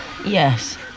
Yes